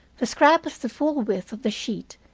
the scrap was the full width of the sheet,